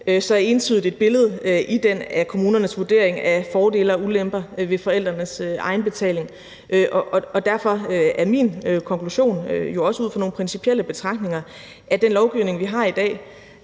så entydigt et billede i den af kommunernes vurdering af fordele og ulemper ved forældrenes egenbetaling. Derfor er min konklusion jo også ud fra nogle principielle betragtninger, nemlig at den lovgivning, vi har i dag,